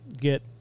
get